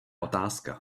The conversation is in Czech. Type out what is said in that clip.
otázka